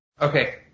Okay